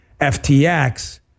FTX